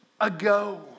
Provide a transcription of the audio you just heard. ago